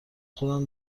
خودم